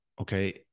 Okay